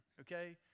okay